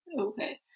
Okay